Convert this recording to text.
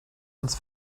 uns